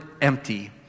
empty